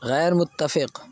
غیرمتفق